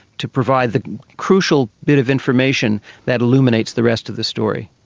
to provide the crucial bit of information that illuminates the rest of the story.